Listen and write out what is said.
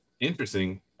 interesting